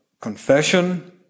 confession